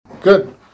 Good